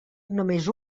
només